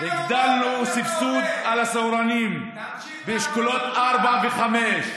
הגדלנו סבסוד על הצהרונים באשכולות 4 ו-5.